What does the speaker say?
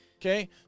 Okay